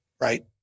right